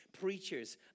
preachers